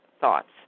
thoughts